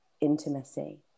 intimacy